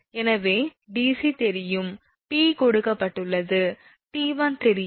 எனவே 𝑑𝑐 தெரியும் 𝑝 கொடுக்கப்பட்டது 𝑡1 தெரியும்